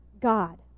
God